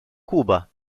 cuba